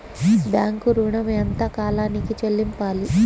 Bank ఋణం ఎంత కాలానికి చెల్లింపాలి?